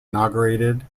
inaugurated